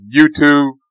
YouTube